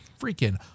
freaking